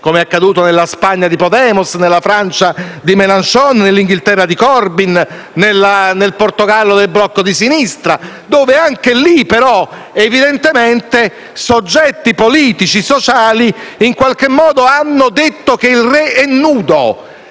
come nella Spagna di Podemos, nella Francia di Mélenchon, nell'Inghilterra di Corbyn, nel Portogallo del Blocco di sinistra, dove, evidentemente, soggetti politici e sociali hanno in qualche modo detto che il re è nudo: